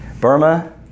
Burma